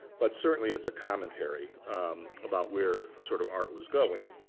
but certainly, it's a commentary about where sort of art was going.